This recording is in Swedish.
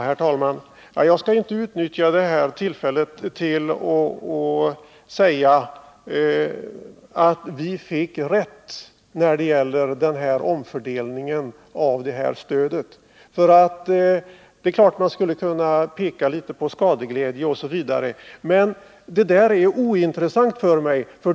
Herr talman! Jag skall inte utnyttja detta tillfälle till att säga att vi fick rätt när det gäller omfördelningen av detta stöd. Det är klart att man skulle kunna känna skadeglädje, men det är ointressant för mig.